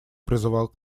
призвал